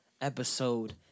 Episode